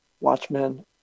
Watchmen